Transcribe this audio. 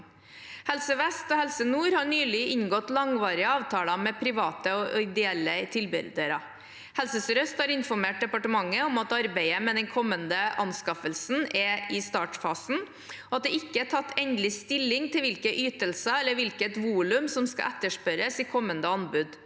Helse vest og Helse nord har nylig inngått langvarige avtaler med private og ideelle tilbydere. Helse sør-øst har informert departementet om at arbeidet med den kommende anskaffelsen er i startfasen, og at det ikke er tatt endelig stilling til hvilke ytelser eller hvilket volum som skal etterspørres i kommende anbud.